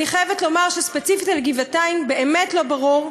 אני חייבת לומר שספציפית על גבעתיים באמת לא ברור.